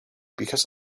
because